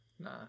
Nah